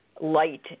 light